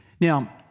Now